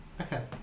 Okay